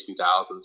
2000s